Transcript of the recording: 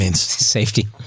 Safety